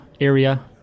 area